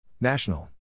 National